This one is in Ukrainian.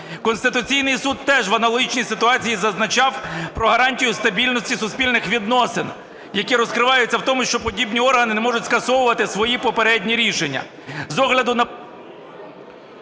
Конституційний Суд теж в аналогічній ситуації зазначав про гарантію стабільності суспільних відносин, які розкриваються в тому, що подібні органи не можуть скасовувати свої попередні рішення.